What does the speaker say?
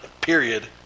period